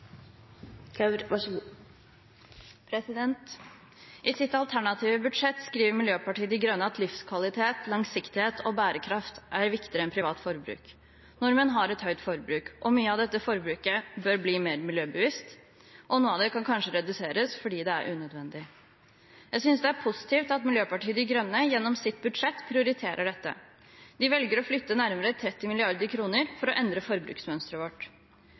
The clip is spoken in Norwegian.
viktigere enn privat forbruk. Nordmenn har et høyt forbruk. Mye av dette forbruket bør bli mer miljøbevisst, og noe av det kan kanskje reduseres fordi det er unødvendig. Jeg synes det er positivt at Miljøpartiet De Grønne gjennom sitt budsjett prioriterer dette. De velger å flytte nærmere 30 mrd. kr for å endre forbruksmønsteret vårt.